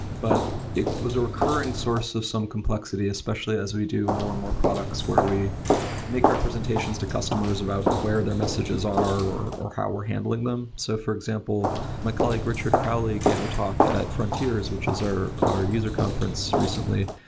but it was a recurring source of some complexity, especially as we do more and more products where we make representations to customers about where their messages are or how we're handling them. so for example, my colleague, richard crowley, gave a talk at frontiers, which is our user conference recently,